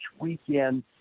weekend